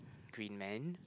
greenland